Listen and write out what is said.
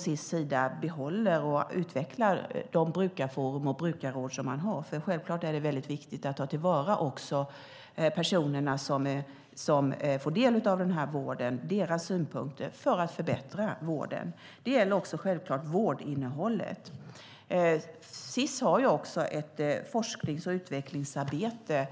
Sis behåller och utvecklar de brukarforum och brukarråd de har. Självklart är det viktigt att även ta till vara synpunkter från personerna som får del av vården för att förbättra den. Det gäller givetvis också vårdinnehållet. Sis har ett forsknings och utvecklingsarbete.